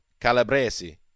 Calabresi